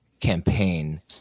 Campaign